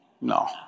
no